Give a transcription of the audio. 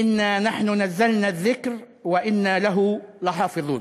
"אנא נחן נזלנא א-ד'כר ואנא לה לחאפט'ון".